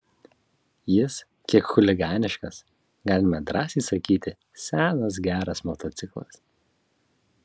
jis kiek chuliganiškas galima drąsiai sakyti senas geras motociklas